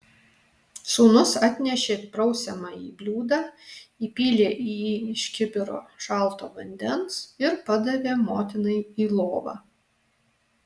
sūnus atnešė prausiamąjį bliūdą įpylė į jį iš kibiro šalto vandens ir padavė motinai į lovą